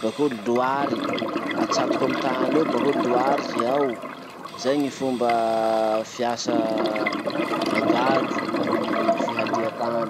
bakeo loary, atsatoky amy tany eo bakeo loary ze ao. Zay gny fomba fiasa angady amy fihalia tany.